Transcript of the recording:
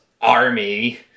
army